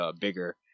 bigger